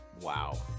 Wow